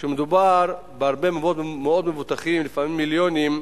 כשמדובר בהרבה מאוד מבוטחים, לפעמים מיליונים,